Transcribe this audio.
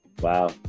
Wow